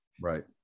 Right